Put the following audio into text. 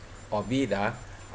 of it ah